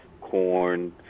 Corn